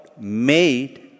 made